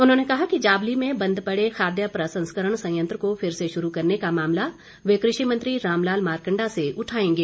उन्होंने कहा कि जाबली में बंद पड़े खाद्य प्रसंस्करण संयंत्र को फिर से शुरू करने का मामला वे कृषि मंत्री रामलाल मारकंडा से उठाएंगे